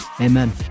amen